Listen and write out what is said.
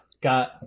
Got